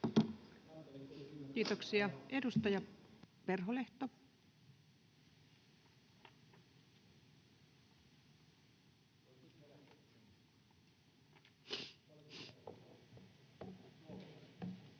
Kiitoksia. — Edustaja Perholehto. Arvoisa